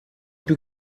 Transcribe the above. più